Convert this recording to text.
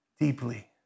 deeply